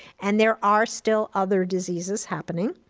and there are still other diseases happening.